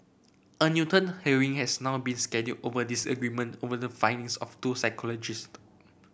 a Newton hearing has now been scheduled over a disagreement on the findings of two psychiatrist